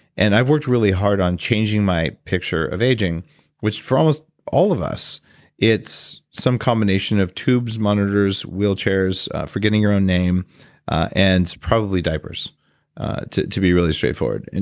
and i've worked really hard on changing my picture of aging which for almost all of us it's some combination of tubes, monitors, wheelchairs, forgetting your own name and it's probably diapers to to be really straightforward. and